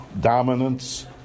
dominance